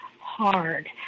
hard